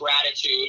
gratitude